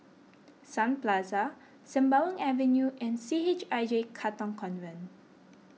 Sun Plaza Sembawang Avenue and C H I J Katong Convent